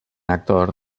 actor